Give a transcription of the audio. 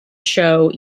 show